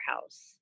house